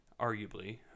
arguably